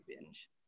binge